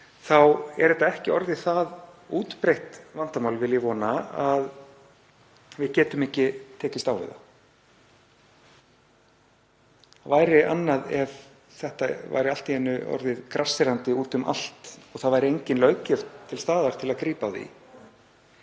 þá er ekki um að ræða það útbreitt vandamál, vil ég vona, að við getum ekki tekist á við það. Það væri annað ef þetta væri allt í einu orðið grasserandi út um allt og engin löggjöf til staðar til að taka á því.